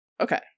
okay